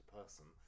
person